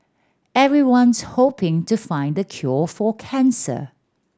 everyone's hoping to find the cure for cancer